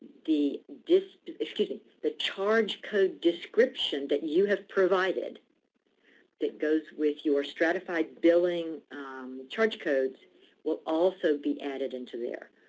the excuse me, the charge code description that you have provided that goes with your stratified billing charge codes will also be added into there.